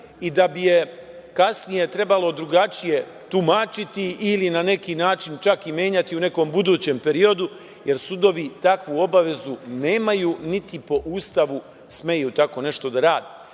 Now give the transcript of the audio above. i da bi je kasnije trebalo drugačije tumačiti ili na neki način, čak i menjati u nekom budućem periodu, jer sudovi takvu obavezu nemaju niti po Ustavu smeju tako nešto da